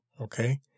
okay